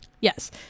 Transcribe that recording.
Yes